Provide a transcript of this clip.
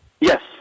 yes